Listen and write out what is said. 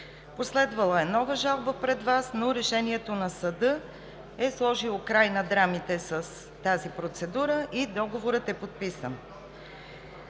Последвала е нова жалба пред ВАС, но решението на съда е сложило край на драмите с тази процедура и договорът е подписан.